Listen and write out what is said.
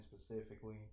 specifically